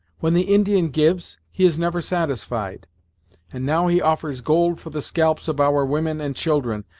when the indian gives, he is never satisfied and now he offers gold for the scalps of our women and children,